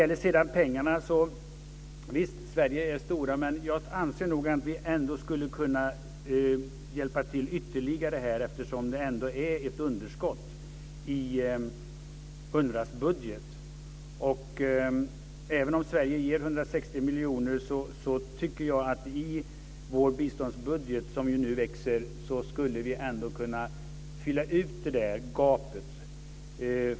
Visst ger Sverige mycket pengar, men jag anser nog att vi skulle kunna hjälpa till ytterligare. Det finns ju ändå ett underskott i UNRWA:s budget. Även om Sverige ger 160 miljoner tycker jag att vi i vår biståndsbudget, som ju växer nu, ändå skulle kunna fylla ut det där gapet.